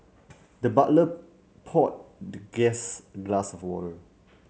the butler poured the guest a glass of water